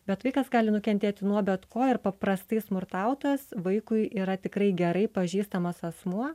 bet vaikas gali nukentėti nuo bet ko ir paprastai smurtautojas vaikui yra tikrai gerai pažįstamas asmuo